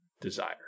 desire